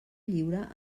lliure